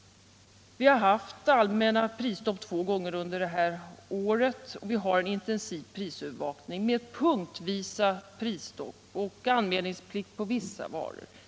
Vi har haft allmänt prisstopp två gånger under det här året. Vi har en intensiv prisövervakning med punktvisa prisstopp och anmälningsplikt när det gäller vissa varor.